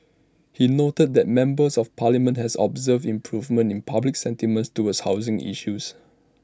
he noted that members of parliament have observed improvements in public sentiments towards housing issues